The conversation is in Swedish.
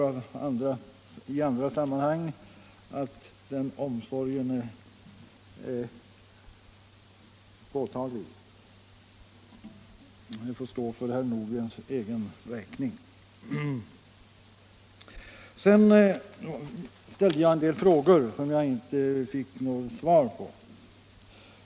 Jag hoppas att det i andra sammanhang framgått att min omsorg om invånarna i mitt län är påtaglig. Jag framställde också en del frågor som jag inte fått några svar på.